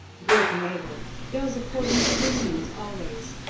good neighbor, does according to her means always.